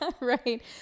right